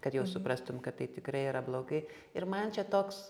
kad jau suprastum kad tai tikrai yra blogai ir man čia toks